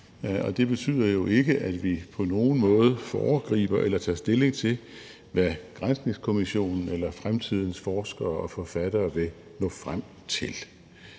Det betyder jo ikke, at vi på nogen måde foregriber eller tager stilling til, hvad granskningskommissionen eller fremtidens forskere og forfattere vil nå frem til.